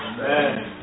Amen